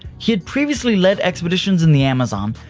he had previously led expeditions in the amazon,